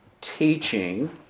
teaching